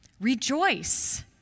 Rejoice